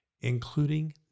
including